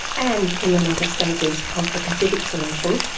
and in the latter stages of the pacific solution,